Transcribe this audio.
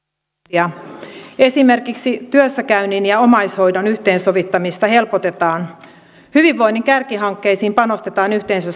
ja hyvinvointia esimerkiksi työssäkäynnin ja omaishoidon yhteensovittamista helpotetaan hyvinvoinnin kärkihankkeisiin panostetaan yhteensä